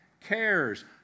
cares